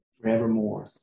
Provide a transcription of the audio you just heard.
forevermore